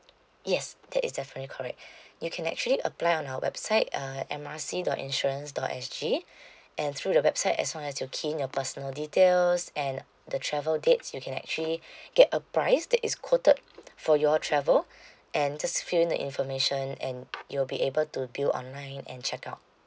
yes that is definitely correct you can actually apply on our website uh M R C dot insurance dot S_G and through the website as long as you key in your personal details and the travel dates you can actually get a price that is quoted for your travel and just fill in the information and you'll be able to bill online and checkout